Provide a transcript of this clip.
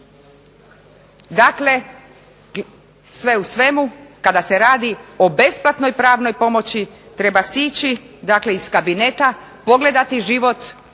Dakle, sve u svemu kada se radi o besplatnoj pravnoj pomoći treba sići dakle iz kabineta, pogledati život